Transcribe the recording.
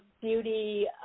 beauty